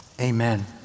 amen